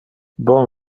bon